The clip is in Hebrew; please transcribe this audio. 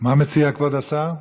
מה מציע כבוד השר?